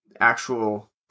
actual